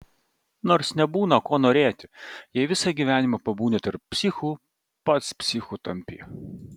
nors nebūna ko norėti jei visą gyvenimą prabūni tarp psichų pats psichu tampi